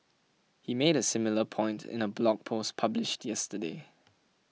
he made a similar point in a blog post published yesterday